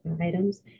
items